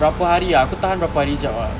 berapa hari ah aku tahan berapa hari jer